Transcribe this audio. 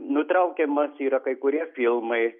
nutraukiamos yra kai kurie filmai